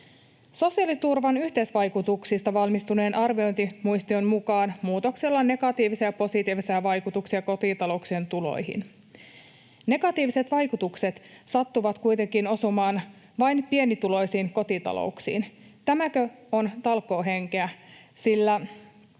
Sosiaaliturvan yhteisvaikutuksista valmistuneen arviointimuistion mukaan muutoksella on negatiivisia ja positiivisia vaikutuksia kotitalouksien tuloihin. Negatiiviset vaikutukset sattuvat kuitenkin osumaan vain pienituloisiin kotitalouksiin. Tämäkö on talkoohenkeä, sillä,